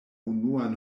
unuan